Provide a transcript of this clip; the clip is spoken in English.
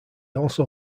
also